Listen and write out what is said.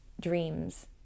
dreams